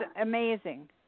amazing